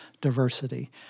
diversity